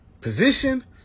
position